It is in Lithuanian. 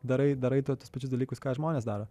darai darai tuos pačius dalykus ką žmonės daro